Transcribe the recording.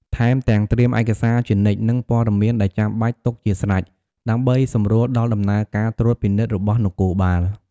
ថែមទាំងត្រៀមឯកសារជានិច្ច និងព័ត៌មានដែលចាំបាច់ទុកជាស្រេច ដើម្បីសម្រួលដល់ដំណើរការត្រួតពិនិត្យរបស់នគរបាល។